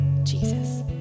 Jesus